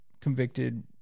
convicted